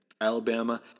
Alabama